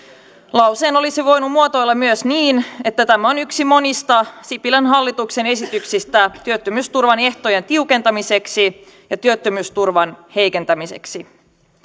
lauseen olisi voinut muotoilla myös niin että tämä on yksi monista sipilän hallituksen esityksistä työttömyysturvan ehtojen tiukentamiseksi ja työttömyysturvan heikentämiseksi